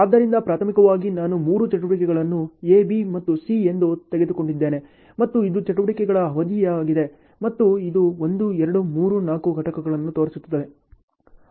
ಆದ್ದರಿಂದ ಪ್ರಾಥಮಿಕವಾಗಿ ನಾನು 3 ಚಟುವಟಿಕೆಗಳನ್ನು A B ಮತ್ತು C ಎಂದು ತೆಗೆದುಕೊಂಡಿದ್ದೇನೆ ಮತ್ತು ಇದು ಚಟುವಟಿಕೆಗಳ ಅವಧಿಯಾಗಿದೆ ಮತ್ತು ಇದು 1 2 3 4 ಘಟಕಗಳನ್ನು ತೋರಿಸುತ್ತದೆ